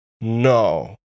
No